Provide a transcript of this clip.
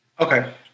Okay